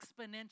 exponential